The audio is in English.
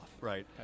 right